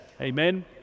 amen